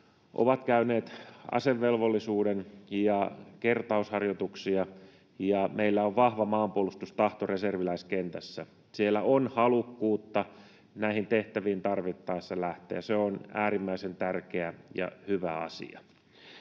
ovat käyneet asevelvollisuuden ja kertausharjoituksia, ja meillä on vahva maanpuolustustahto reserviläiskentässä. Siellä on halukkuutta näihin tehtäviin tarvittaessa lähteä, se on äärimmäisen tärkeä ja hyvä asia.